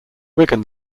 wigan